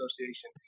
association